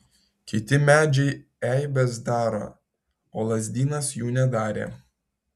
kiti medžiai eibes daro o lazdynas jų nedarė